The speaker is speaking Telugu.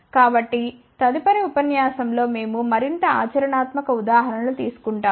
కాబట్టి తదుపరి ఉపన్యాసం లో మేము మరింత ఆచరణాత్మక ఉదాహరణ లు తీసుకుంటాము